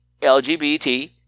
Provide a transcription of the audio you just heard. LGBT